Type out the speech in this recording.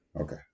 Okay